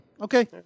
Okay